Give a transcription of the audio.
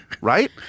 right